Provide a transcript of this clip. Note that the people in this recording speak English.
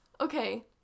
Okay